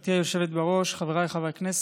גברתי היושבת-ראש, חבריי חברי הכנסת,